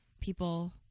people